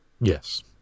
Yes